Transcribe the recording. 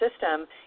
system